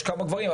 יש כמה גברים,